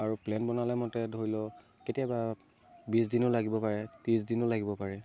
আৰু প্লেন বনালে মতে ধৰি লওক কেতিয়াবা বিশ দিনো লাগিব পাৰে ত্ৰিশ দিনো লাগিব পাৰে